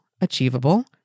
achievable